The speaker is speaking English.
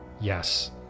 yes